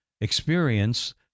experience